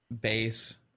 base